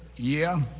yeah.